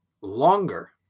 longer